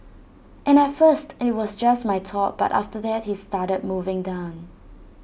and at first IT was just my top but after that he started moving down